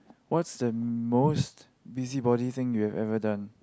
what's the most busy body thing you've ever done